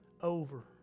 Over